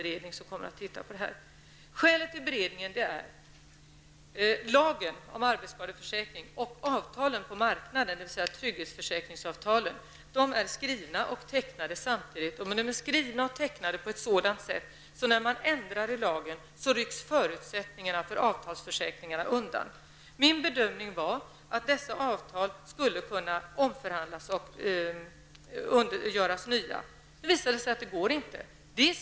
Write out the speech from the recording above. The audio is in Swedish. Anledningen till att en beredning tillsätts är att lagen om arbetsskadeförsäkring och avtalen på marknaden, dvs. trygghetsförsäkringsavtalen, är skrivna och tecknade samtidigt. De är skrivna och tecknade på ett sådant sätt att förutsättningarna för avtalsförsäkringarna rycks undan när lagen ändras. Min bedömning var att dessa avtal skulle kunna omförhandlas och förnyas. Nu har det visat sig att det inte går.